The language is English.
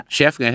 Chef